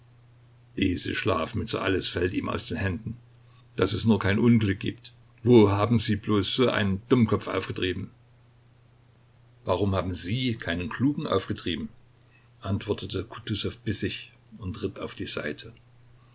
schlafmütze alles fällt ihm aus den händen daß es nur kein unglück gibt wo haben sie bloß so einen dummkopf aufgetrieben warum haben sie keinen klugen aufgetrieben antwortete kutusow bissig und ritt auf die seite